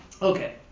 okay